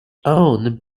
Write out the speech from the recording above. owned